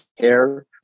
care